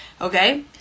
Okay